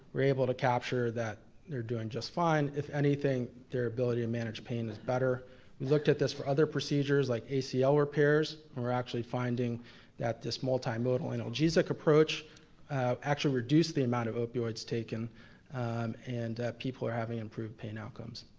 we're able to capture that they're doing just fine, if anything, their ability to and manage pain is better. we looked at this for other procedures, like acl repairs, and we're actually finding that this multi-modal analgesic approach actually reduced the amount of opioids taken and people are having improved pain outcomes.